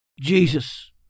Jesus